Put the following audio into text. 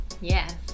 Yes